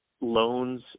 Loans